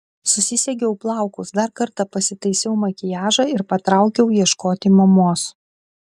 susisegiau plaukus dar kartą pasitaisiau makiažą ir patraukiau ieškoti mamos